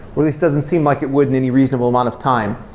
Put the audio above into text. well, this doesn't seem like it would in any reasonable amount of time.